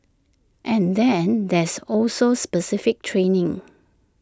and then there's also specific training